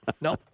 No